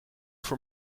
voor